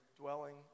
dwelling